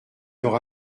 aura